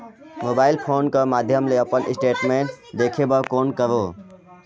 Mobile phone कर माध्यम ले अपन स्टेटमेंट देखे बर कौन करों?